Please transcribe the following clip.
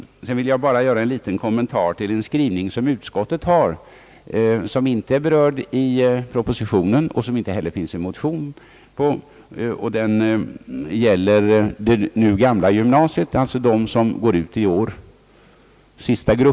Sedan vill jag bara göra en liten kommentar till en skrivning som utskottet har gjort och som inte är berörd i propositionen och på vilken det inte heller finns någon motion. Det gäller det gam la gymnasiet, alltså den sista gruppen som går ut i år.